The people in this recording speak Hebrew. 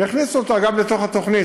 והכניסו אותה גם לתוך התוכנית.